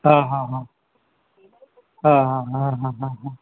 હાં હાં હાં હાં હાં હાં હા હા હા